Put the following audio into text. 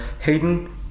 Hayden